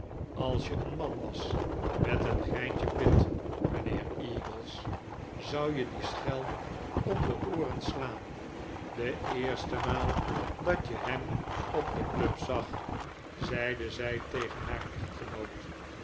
als je een man was met een greintje pit mijnheer eagles zou je dien schelm om de ooren slaan de eerste maal dat je hem op de club zag zeide zij tegen haar echtgenoot